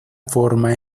forma